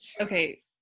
okay